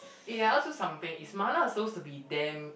eh I ask you something is mala suppose to be damn